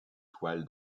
toile